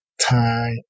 time